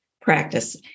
practice